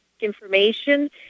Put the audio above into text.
information